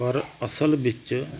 ਪਰ ਅਸਲ ਵਿੱਚ